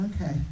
Okay